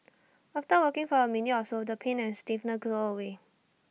after walking for A minute or so the pain and stiffness go away